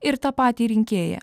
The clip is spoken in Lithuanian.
ir tą patį rinkėją